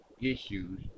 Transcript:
issues